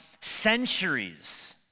centuries